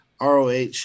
ROH